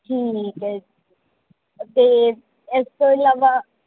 ਠੀਕ ਹੈ ਜੀ ਅਤੇ ਇਸ ਤੋਂ ਇਲਾਵਾ